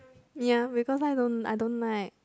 ya because I don't I don't like